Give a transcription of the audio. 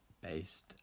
based